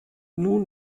nun